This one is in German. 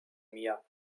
mir